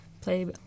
play